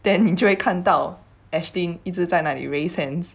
then 你就会看到 ashlyn 一直在那里 raise hands